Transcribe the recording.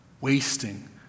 wasting